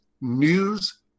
news